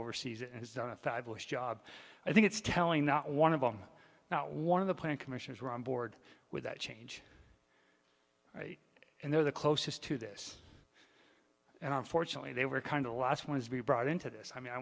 oversees and has done a fabulous job i think it's telling not one of them not one of the plan commissioners were on board with that change and they're the closest to this and unfortunately they were kind of lots wanted to be brought into this i mean i